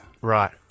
Right